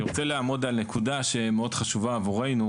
אני רוצה לעמוד על נקודה שמאוד חשובה עבורנו